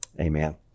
Amen